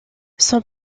son